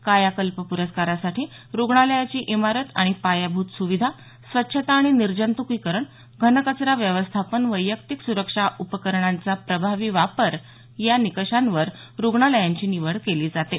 कायाकल्प प्रस्कारासाठी रुग्णालयाची इमारत आणि पायाभूत सुविधा स्वच्छता आणि निर्जंतुकीकरण घनकचरा व्यवस्थापन वैयक्तिक सुरक्षा उपकरणांचा प्रभावी वापर या सर्व निकषांवर रुग्णालयांची निवड केली जाते